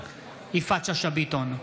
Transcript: יפעת שאשא ביטון,